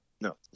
No